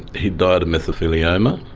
he died of mesothelioma,